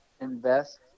invest